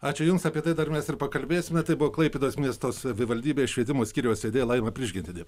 ačiū jums apie tai dar mes ir pakalbėsime tai buvo klaipėdos miesto savivaldybės švietimo skyriaus vedėja laima prižgintienė